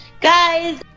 guys